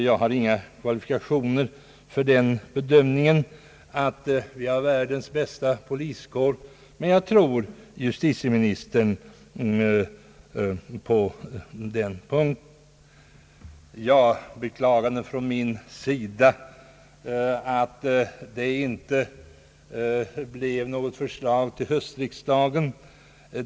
Jag har inga kvalifikationer för en sådan bedömning som att vi har världens bästa poliskår, men jag tror justitieministern på den punkten. Jag beklagade i mitt förra inlägg att det inte blev något förslag till höstriksdagen.